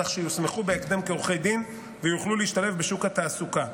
כך שיוסמכו בהקדם כעורכי דין ויוכלו להשתלב בשוק התעסוקה.